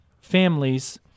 families